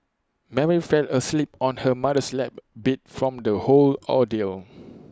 Mary fell asleep on her mother's lap beat from the whole ordeal